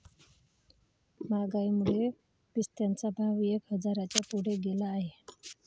महागाईमुळे पिस्त्याचा भाव एक हजाराच्या पुढे गेला आहे